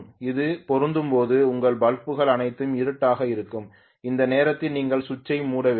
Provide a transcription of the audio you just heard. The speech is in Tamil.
இது பொருந்தும்போது உங்கள் பல்புகள் அனைத்தும் இருட்டாக இருக்கும் அந்த நேரத்தில் நீங்கள் சுவிட்சை மூட வேண்டும்